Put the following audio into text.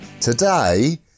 today